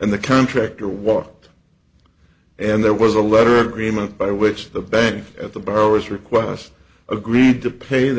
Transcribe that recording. and the contractor walked and there was a letter agreement by which the bank at the borrowers request agreed to pay the